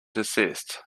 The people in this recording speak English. desist